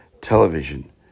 television